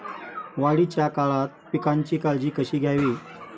वाढीच्या काळात पिकांची काळजी कशी घ्यावी?